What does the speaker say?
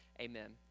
amen